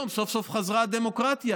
היום סוף-סוף חזרה הדמוקרטיה,